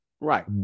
Right